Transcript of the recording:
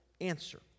answer